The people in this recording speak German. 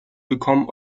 gekommen